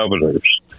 governors